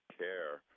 care